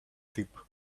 deep